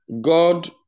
God